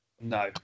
no